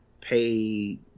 pay